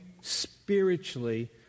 spiritually